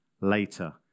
later